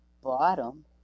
bottom